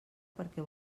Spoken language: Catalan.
perquè